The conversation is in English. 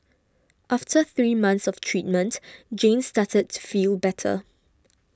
after three months of treatment Jane started to feel better